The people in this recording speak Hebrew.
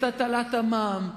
את הטלת המע"מ,